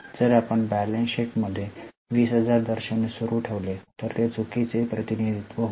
जर आपण balance sheet त 20000 दर्शविणे सुरू ठेवले तर ते चुकीचे प्रतिनिधित्व होईल